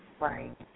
Right